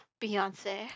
Beyonce